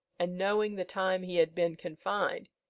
and knowing the time he had been confined,